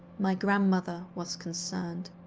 my grandmother was concerned.